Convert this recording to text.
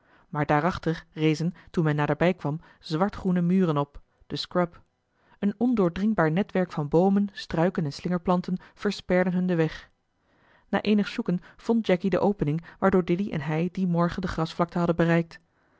maar daarachter rezen toen men naderbij kwam zwartgroene muren op de scrub een ondoordringbaar netwerk van boomen struiken en slingerplanten versperde hun den weg na eenig zoeken vond jacky de opening waardoor dilly en hij dien morgen de grasvlakte hadden bereikt